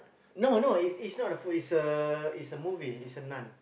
no no it's it's not a food it's a it's a movie it's a nun